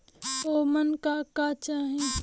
ओमन का का चाही?